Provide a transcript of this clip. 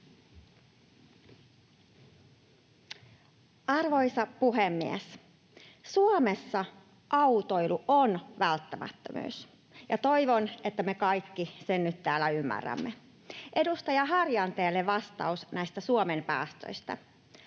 Arvoisa puhemies! Suomessa autoilu on välttämättömyys, ja toivon, että me kaikki sen nyt täällä ymmärrämme. Edustaja Harjanteelle vastaus näistä Suomen päästöistä: